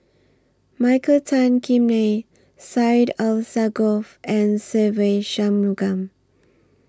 Michael Tan Kim Nei Syed Alsagoff and Se Ve Shanmugam